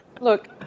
Look